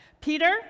Peter